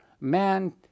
Man